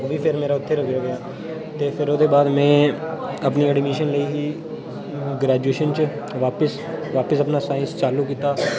ते फिर मेरा उत्थें रेही गेआ ते फिर ओह्दे बाद में अपनी एडमिशन लेई ही ग्रेजुएशन च बापस बापस अपना साइंस चालू कीता